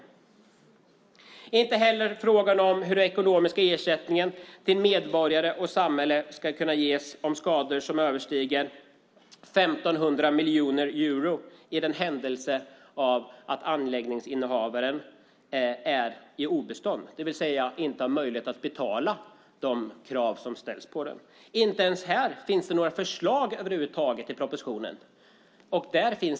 När det gäller frågan om hur den ekonomiska ersättningen till medborgare och samhälle ska kunna ges för skador som överstiger 1 500 miljoner euro i den händelse att anläggningsinnehavaren är på obestånd, det vill säga inte har möjlighet att betala de krav som ställs, finns det inga förslag över huvud taget i propositionen om detta.